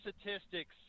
statistics